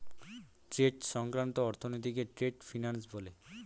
trade সংক্রান্ত অর্থনীতিকে trade finance বলে